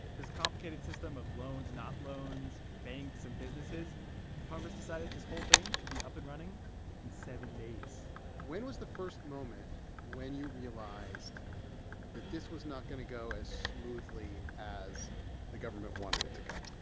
this complicated system of loans, not loans, banks and businesses congress decided this whole thing should be up and running in seven days when was the first moment when you realized that this was not going to go as smoothly as the government wanted it to go?